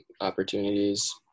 opportunities